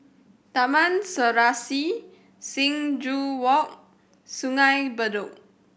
Taman Serasi Sing Joo Walk Sungei Bedok